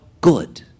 good